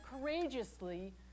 courageously